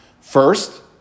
first